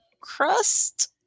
crust